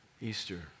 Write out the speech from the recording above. Easter